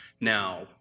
Now